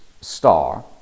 star